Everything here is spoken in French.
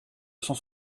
sans